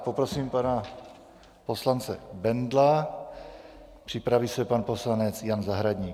Poprosím pana poslance Bendla, připraví se pan poslanec Jan Zahradník.